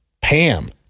Pam